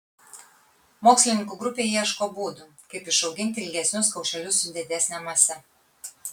mokslininkų grupė ieško būdų kaip išauginti ilgesnius kaušelius su didesne mase